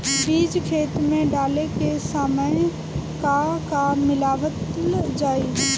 बीज खेत मे डाले के सामय का का मिलावल जाई?